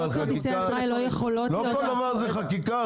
לא כל דבר זה חקיקה,